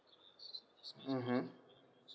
mmhmm